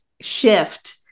shift